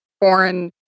foreign